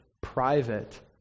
private